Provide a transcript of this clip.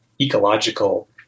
ecological